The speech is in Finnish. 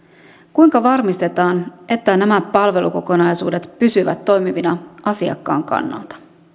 kuinka varmistetaan että nämä palvelukokonaisuudet pysyvät toimivina asiakkaan kannalta